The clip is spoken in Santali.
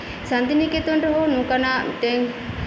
ᱥᱟᱱᱛᱤᱱᱮᱠᱮᱛᱚᱱ ᱨᱮᱦᱚᱸ ᱱᱚᱝᱠᱟᱱᱟᱜ ᱢᱤᱫᱴᱮᱱ